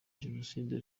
jenoside